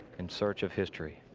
in search of history.